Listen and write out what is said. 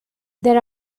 there